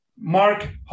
Mark